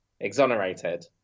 exonerated